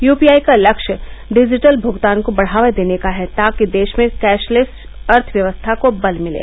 you P I का लक्ष्य digital भूगतान को बढ़ावा देने का है ताकि देश में कैशलेस अर्थव्यवस्था को बल मिले